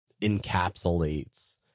encapsulates